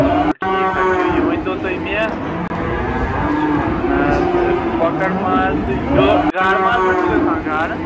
چلو ٹھیٖک حظ چھِ یہِ ؤنۍتَو تُہۍ مےٚ کیٛاہ حظ چھِ وَنان اَتھ کۄکَر ماز تہٕ گاڈٕ ماز ما چھِ تُہۍ تھَوان گاڈٕ